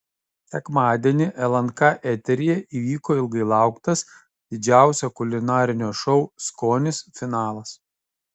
sekmadienį lnk eteryje įvyko ilgai lauktas didžiausio kulinarinio šou skonis finalas